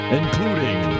including